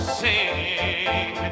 sing